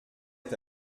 est